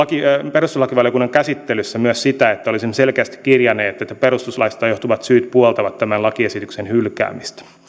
perustuslakivaliokunnan käsittelyssä myös sitä että olisimme selkeästi kirjanneet että perustuslaista johtuvat syyt puoltavat tämän lakiesityksen hylkäämistä